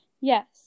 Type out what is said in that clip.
Yes